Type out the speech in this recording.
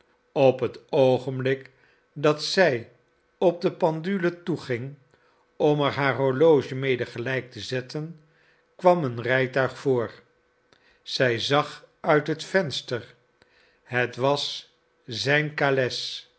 op het oogenblik dat zij op de pendule toeging om er haar horloge mede gelijk te zetten kwam een rijtuig voor zij zag uit het venster het was zijn